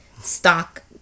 stock